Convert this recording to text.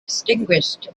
extinguished